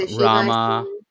rama